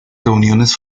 reuniones